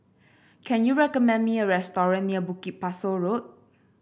can you recommend me a restaurant near Bukit Pasoh Road